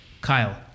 Kyle